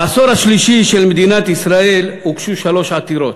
בעשור השלישי של מדינת ישראל הוגשו שלוש עתירות,